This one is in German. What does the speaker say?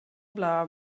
bla